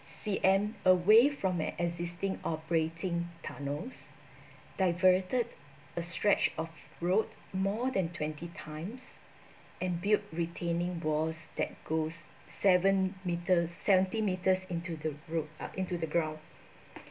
C_M away from an existing operating tunnels diverted a stretch of road more than twenty times and build retaining walls that goes seven meter seventy metres into the road uh into the ground